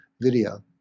video